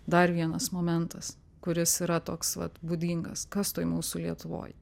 dar vienas momentas kuris yra toks vat būdingas kas toj mūsų lietuvoj